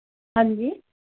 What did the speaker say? ਹਾਂਜੀ